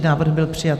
Návrh byl přijat.